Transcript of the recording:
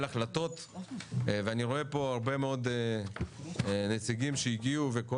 החלטות ואני רואה פה הרבה מאוד נציגים שהגיעו וכל